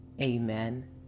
Amen